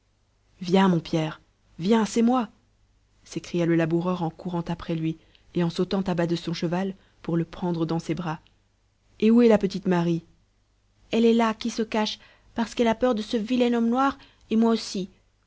viens mon pierre viens c'est moi s'écria le laboureur en courant après lui et en sautant à bas de son cheval pour le prendre dans ses bras et où est la petite marie elle est là qui se cache parce qu'elle a peur de ce vilain homme noir et moi aussi